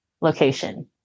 location